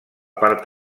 part